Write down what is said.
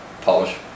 polish